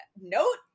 note